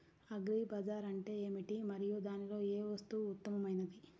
Agri bazaar అంటే ఏమిటి మరియు దానిలో ఏ వస్తువు ఉత్తమమైనది?